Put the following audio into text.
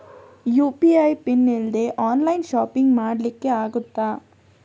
UPI PIN ಇಲ್ದೆ online shopping ಮಾಡ್ಲಿಕ್ಕೆ ಆಗ್ತದಾ?